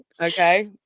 Okay